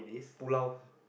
Pulau